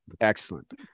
excellent